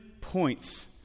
points